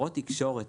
בעניין האחריות